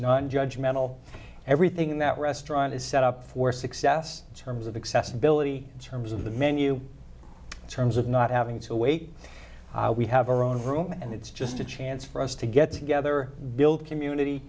not judge mental everything that restaurant is set up for success in terms of accessibility terms of the menu terms of not having to wait we have our own room and it's just a chance for us to get together build community